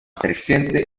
presente